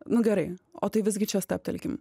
nu gerai o tai visgi čia stabtelkim